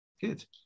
good